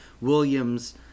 williams